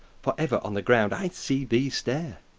for ever on the ground i see thee stare.